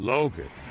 Logan